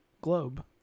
Globe